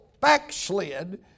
backslid